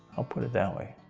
i'll put it that way.